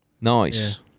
Nice